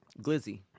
Glizzy